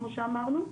כמו שאמרנו.